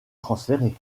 transférer